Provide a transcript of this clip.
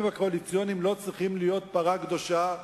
הקואליציוניים לא צריכים להיות פרה קדושה.